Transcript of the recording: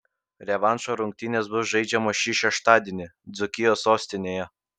revanšo rungtynės bus žaidžiamos šį šeštadienį dzūkijos sostinėje